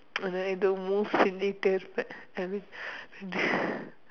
and then I don't move a little I mean